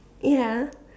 ya